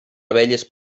abelles